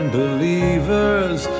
believers